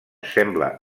sembla